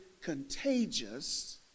contagious